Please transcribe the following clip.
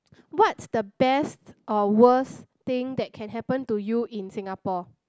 what's the best or worst thing that can happen to you in Singapore